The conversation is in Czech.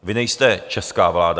Vy nejste česká vláda.